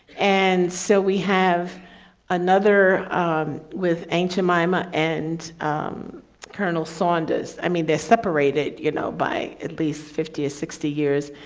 and so we have another with hmm. um um ah and colonel saunders, i mean, they're separated, you know, by at least fifty or sixty years.